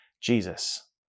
jesus